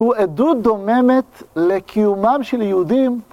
הוא עדות דוממת לקיומם של יהודים.